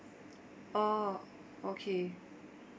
orh okay